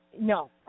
No